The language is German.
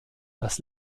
das